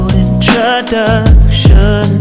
introduction